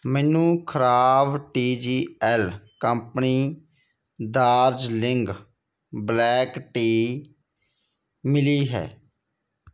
ਮੈਨੂੰ ਖ਼ਰਾਬ T G L company Darjeeling black tea ਮਿਲੀ ਹੈ